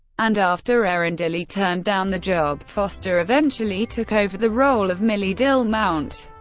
and after erin dilly turned down the job, foster eventually took over the role of millie dilmount.